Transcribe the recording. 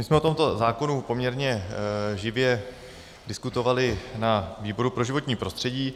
My jsme o tomto zákonu poměrně živě diskutovali na výboru pro životní prostředí.